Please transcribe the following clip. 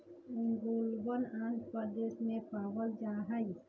ओंगोलवन आंध्र प्रदेश में पावल जाहई